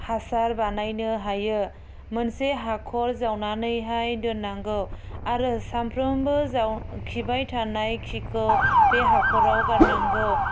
हासार बानायनो हायो मोनसे हाखर जावनानैहाय दोन्नागौ आरो सामफ्रोमबो जाव खिबाय थानाय खिखौ बे हाख'राव गारनांगौ